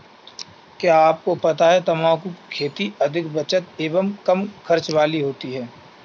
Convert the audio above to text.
क्या आपको पता है तम्बाकू की खेती अधिक बचत एवं कम खर्च वाली खेती है?